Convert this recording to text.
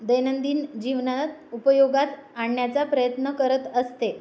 दैनंदिन जीवनात उपयोगात आणण्याचा प्रयत्न करत असते